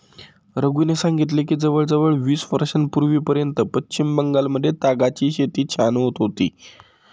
रघूने सांगितले की जवळजवळ वीस वर्षांपूर्वीपर्यंत पश्चिम बंगालमध्ये तागाची शेती छान होत होती